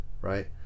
right